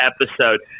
episode